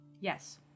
Yes